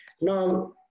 Now